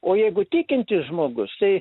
o jeigu tikintis žmogus tai